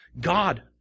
God